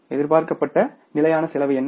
எதிர்பார்க்கப்பட்ட நிலையான செலவு என்ன